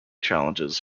challenges